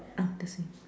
ah the same